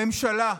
הממשלה,